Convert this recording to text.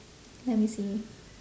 let me see